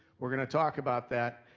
we're gonna talk about that.